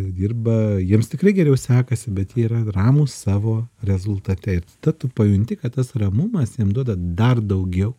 dirba jiems tikrai geriau sekasi bet jie yra ramūs savo rezultate ir tada tu pajunti kad tas ramumas jiem duoda dar daugiau